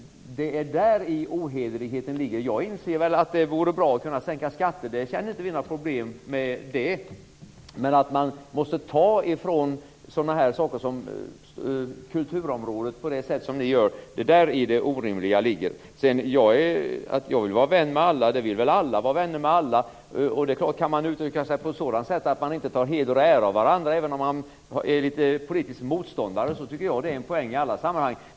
Det är däri ohederligheten ligger. Jag inser väl att det vore bra att kunna sänka skatter. Det har vi inga problem med. Men att man måste ta från sådana saker som kulturområdet på det sätt som ni gör - det är däri det orimliga ligger. Sedan till detta att jag vill vara vän med alla. Det vill vi väl alla. Det är klart att om man kan uttrycka sig på ett sådant sätt att man inte tar heder och ära av varandra även om man är politiska motståndare så tycker jag att det är en poäng i alla sammanhang.